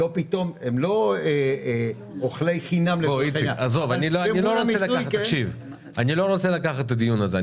לא פתאום הם לא אוכלי חינם --- תקשיב אני לא רוצה לקחת את הדיון הזה,